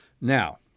Now